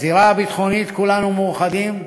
בזירה הביטחונית כולנו מאוחדים,